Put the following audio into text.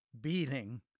beating